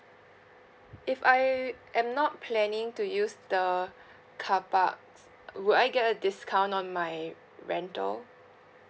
if I am not planning to use the car parks uh would I get a discount on my rental